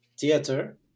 theater